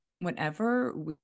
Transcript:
whenever